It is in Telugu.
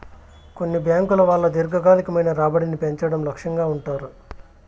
కొన్ని బ్యాంకుల వాళ్ళు దీర్ఘకాలికమైన రాబడిని పెంచడం లక్ష్యంగా ఉంటారు